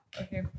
Okay